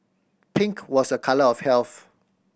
pink was a colour of health